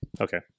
okay